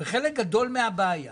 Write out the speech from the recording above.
חלק גדול מהבעיה